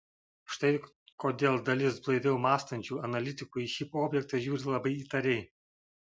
štai kodėl dalis blaiviau mąstančių analitikų į šį objektą žiūri labai įtariai